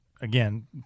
again